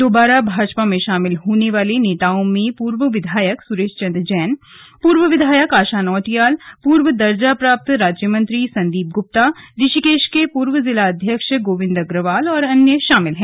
दोबारा भाजपा में शामिल होने वाले नेताओं में पूर्व विधायक सुरेश चंद जैन पूर्व विधायक आशा नौटियाल पूर्व दर्जा प्राप्त राज्यमंत्री संदीप गुप्ता ऋषिकेश के पूर्व जिला अध्यक्ष गोविंद अग्रवाल और अन्य शामिल हैं